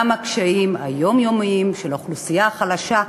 גם הקשיים היומיומיים של האוכלוסייה החלשה,